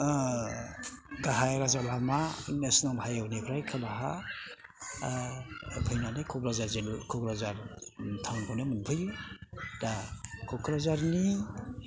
गाहाय राजा लामा नेसनेल हाइवेनिफ्राय खोलाहा क'क्राझार थाउनखौनो मोनफैयो दा क'क्राझारनि